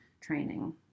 training